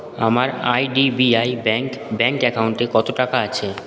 আমার I D B I bank bank অ্যাকাউন্টে কত টাকা আছে